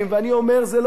זה לא טובים ורעים,